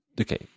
okay